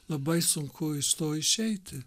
labai sunku iš to išeiti